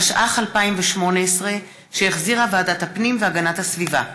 התשע"ח 2018, שהחזירה ועדת הפנים והגנת הסביבה.